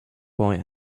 boy